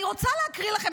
אני רוצה לקרוא לכם,